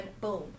boom